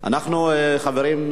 חברים,